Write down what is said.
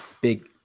big